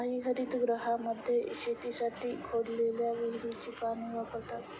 काही हरितगृहांमध्ये शेतीसाठी खोदलेल्या विहिरीचे पाणी वापरतात